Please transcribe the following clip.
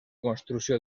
construcció